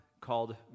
called